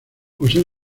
posee